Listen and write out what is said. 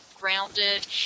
grounded